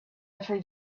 every